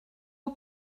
aux